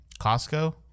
Costco